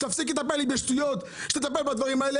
שתפסיק לטפל בשטויות ותטפל בדברים האלה.